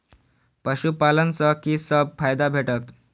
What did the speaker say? पशु पालन सँ कि सब फायदा भेटत?